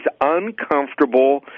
uncomfortable